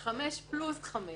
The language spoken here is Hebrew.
שזה חמש פלוס חמש.